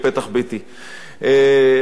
מדי פעם אני גם פותח את זה.